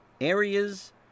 areas